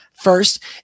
first